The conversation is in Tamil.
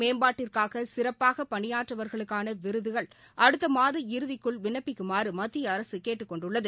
மேம்பாட்டிற்காகசிறப்பாகபணியாற்றியவா்களுக்கானவிருதுக்குஅடுத்தமாதம் மகளிர் இறுதிக்குள் விண்ணப்பிக்குமாறுமத்திய அரசுகேட்டுக் கொண்டுள்ளது